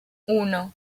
uno